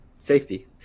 Safety